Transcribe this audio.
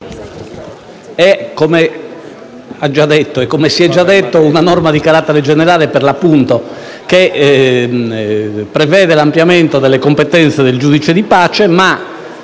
e come si è già detto, è una norma di carattere generale che per l'appunto prevede l'ampliamento delle competenze del giudice di pace e,